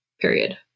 period